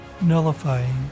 nullifying